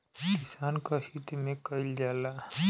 किसान क हित में कईल जाला